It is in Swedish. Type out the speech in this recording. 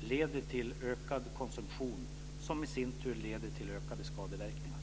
leder till ökad konsumtion, som i sin tur leder till ökade skadeverkningar.